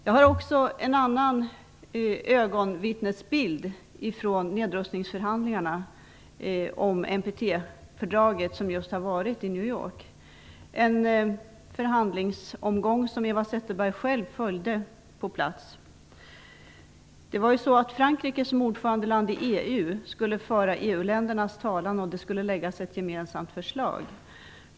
Jag har också en ögonvittnesbild från nedrustningsförhandlingarna om NPT-fördraget som just har varit i New York. Det var en förhandlingsomgång som Eva Zetterberg själv följde på plats. Som ordförandeland i EU skulle Frankrike föra EU-ländernas talan. Det skulle läggas ett gemensamt förslag.